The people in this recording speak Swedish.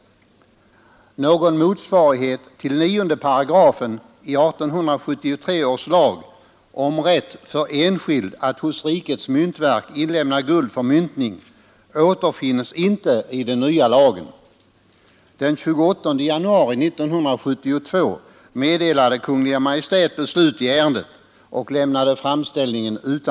Någon motsvarighet till 9 § i 1873 års lag om rätt för enskild att hos rikets myntverk inlämna guld för myntning återfinnes inte i den nya lagen.